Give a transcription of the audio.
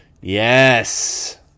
Yes